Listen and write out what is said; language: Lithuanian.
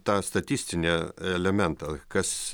tą statistinį elementą kas